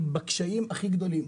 בקשיים הכי גדולים.